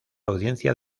audiencia